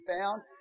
found